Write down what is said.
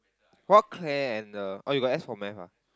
what Clare and the oh you got S for Math ah